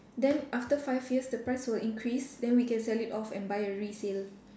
then after five years the price will increase then we can sell it off and buy a resale